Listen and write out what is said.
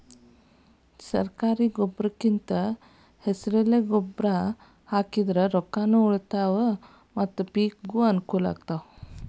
ಸರ್ಕಾರಿ ಗೊಬ್ರಕಿಂದ ಹೆಸರೆಲೆ ಗೊಬ್ರಾನಾ ಹಾಕಿದ್ರ ರೊಕ್ಕಾನು ಉಳಿತಾವ ಮತ್ತ ಪಿಕಿಗೂ ಅನ್ನಕೂಲ